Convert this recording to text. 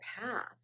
path